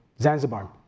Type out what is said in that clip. Zanzibar